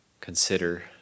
consider